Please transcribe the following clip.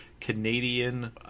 Canadian